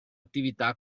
attività